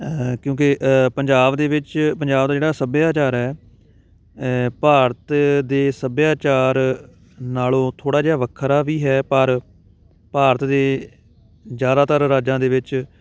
ਕਿਉਂਕਿ ਪੰਜਾਬ ਦੇ ਵਿੱਚ ਪੰਜਾਬ ਦਾ ਜਿਹੜਾ ਸੱਭਿਆਚਾਰ ਹੈ ਭਾਰਤ ਦੇ ਸੱਭਿਆਚਾਰ ਨਾਲੋਂ ਥੋੜ੍ਹਾ ਜਿਹਾ ਵੱਖਰਾ ਵੀ ਹੈ ਪਰ ਭਾਰਤ ਦੇ ਜ਼ਿਆਦਾਤਰ ਰਾਜਾਂ ਦੇ ਵਿੱਚ